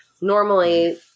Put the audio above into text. Normally